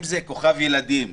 אם זה כוכב ילדים,